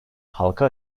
halka